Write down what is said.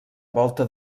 volta